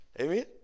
amen